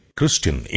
Christian